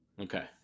okay